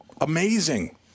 amazing